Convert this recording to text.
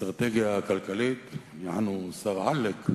לאסטרטגיה כלכלית, יענו, שר ה"עלק".